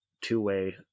two-way